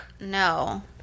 No